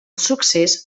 succés